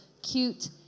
Cute